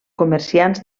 comerciants